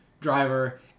Driver